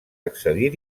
accedir